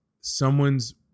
someone's